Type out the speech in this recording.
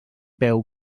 peu